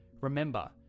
remember